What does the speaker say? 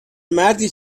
مردی